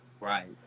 Right